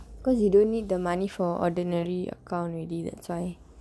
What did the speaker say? cause you don't need the money for ordinary account already that's why